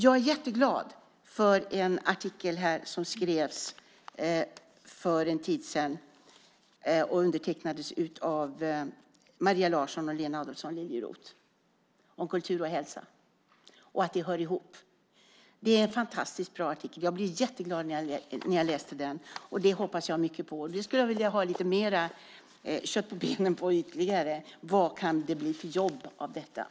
Jag är jätteglad för en artikel som skrevs för en tid sedan och undertecknades av Maria Larsson och Lena Adelsohn Liljeroth. Den handlar om kultur och hälsa och att det hör ihop. Det är en fantastiskt bra artikel. Jag blev jätteglad när jag läste den. Jag hoppas mycket på det här, och jag skulle vilja ha ytterligare kött på benen när det gäller detta. Vad kan det bli för jobb av det här?